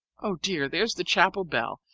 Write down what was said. oh, dear! there's the chapel bell,